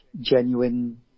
genuine